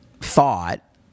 thought